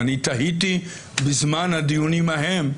תהיתי בזמן הדיונים ההם,